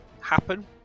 happen